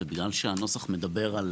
ובגלל שהנוסח מדבר על